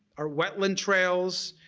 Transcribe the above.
our wetland trails,